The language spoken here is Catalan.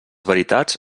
veritats